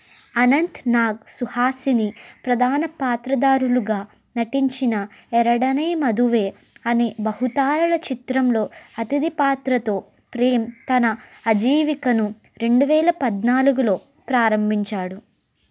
అనంత్నాగ్ సుహాసిని ప్రధాన పాత్రధారులుగా నటించిన ఎరడనే మదువే అనే బహుతారల చిత్రంలో అతిథి పాత్రతో ప్రేమ్ తన అజీవికను రెండు వేల పద్నాలుగులో ప్రారంభించాడు